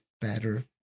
better